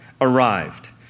arrived